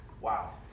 Wow